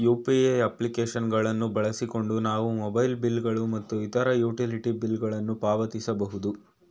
UPI application ಗಳನ್ನು ಬಳಸಿಕೊಂಡು ನಾವು ಮೊಬೈಲ್ ಬಿಲ್ ಗಳು ಮತ್ತು ಇತರ ಯುಟಿಲಿಟಿ ಬಿಲ್ ಗಳನ್ನು ಪಾವತಿಸಬಹುದು